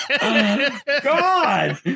God